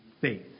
faith